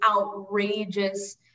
outrageous